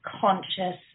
conscious